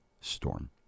storm